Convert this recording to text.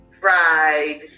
fried